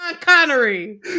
Connery